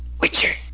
Witcher